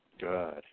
Good